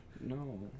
No